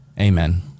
Amen